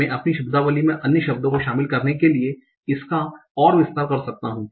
मैं अपनी शब्दावली में अन्य शब्दों को शामिल करने के लिए इसका और विस्तार कर सकता हूं